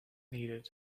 needed